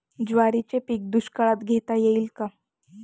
ज्वारीचे पीक दुष्काळात घेता येईल का?